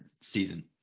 season